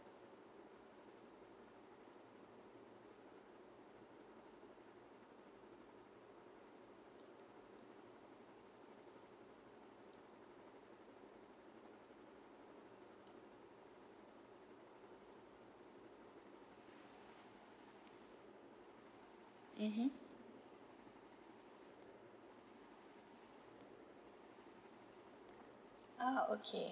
mmhmm ah okay